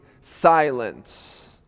silence